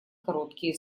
короткие